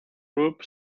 group